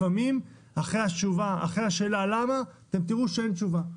לפעמים לשאלה למה אתם תראו שאין תשובה.